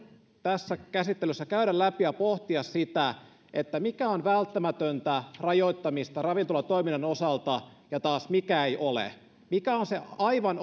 tässä käsittelyssä käydä läpi ja pohtia sitä mikä on välttämätöntä rajoittamista ravintolatoiminnan osalta ja mikä taas ei ole mikä on se aivan